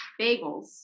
bagels